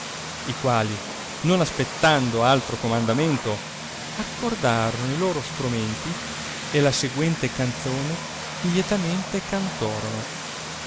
i quali non aspettando altro comandamento accordorono i loro stromenti e la seguente canzone lietamente cantorono